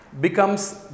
becomes